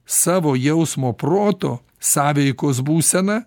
savo jausmo proto sąveikos būseną